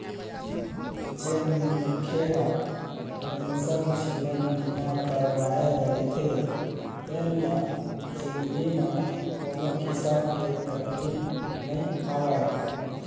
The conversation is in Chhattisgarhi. जेन मनखे ह पेंसन जीवन बीमा करवाए रहिथे तेन ल जिनगी म कोनो किसम के तकलीफ नइ आवय